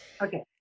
Okay